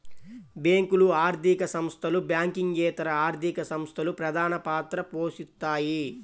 బ్యేంకులు, ఆర్థిక సంస్థలు, బ్యాంకింగేతర ఆర్థిక సంస్థలు ప్రధానపాత్ర పోషిత్తాయి